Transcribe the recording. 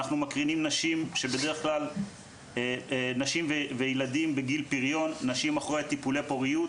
אנחנו מקרינים נשים אחרי טיפולי פוריות,